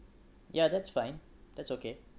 yeah that's fine that's okay